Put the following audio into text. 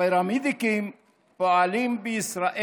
הפרמדיקים פועלים בישראל